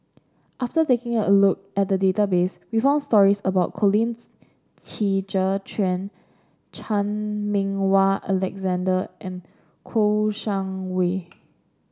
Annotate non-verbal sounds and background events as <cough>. after taking a look at the database we found stories about Colin <unintelligible> Qi Zhe Quan Chan Meng Wah Alexander and Kouo Shang Wei